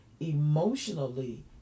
emotionally